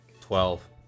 Twelve